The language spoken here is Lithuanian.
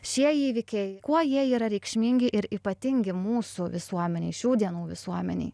šie įvykiai kuo jie yra reikšmingi ir ypatingi mūsų visuomenei šių dienų visuomenei